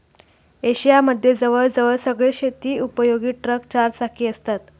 Asia मध्ये जवळ जवळ सगळेच शेती उपयोगी ट्रक चार चाकी असतात